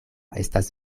estas